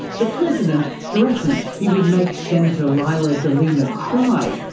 the president threatened he would make senator leila de lima cry,